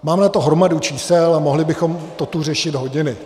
Máme na to hromadu čísel a mohli bychom to tu řešit hodiny.